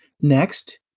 Next